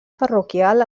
parroquial